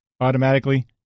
automatically